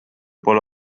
pole